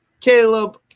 caleb